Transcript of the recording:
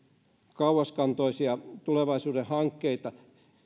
kauaskantoisia tulevaisuuden hankkeita